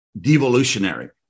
devolutionary